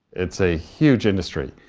it's a huge industry.